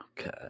Okay